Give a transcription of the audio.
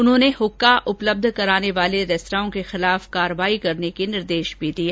उन्होंने हुक्का उपलब्ध कराने वालीं रेस्तराओं के खिलाफ कार्रवाही करने के निर्देश मी दिये